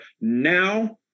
now